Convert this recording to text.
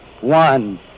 one